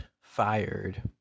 fired